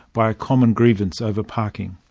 by a common grievance over parking.